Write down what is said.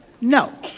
No